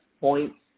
points